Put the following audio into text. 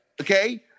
Okay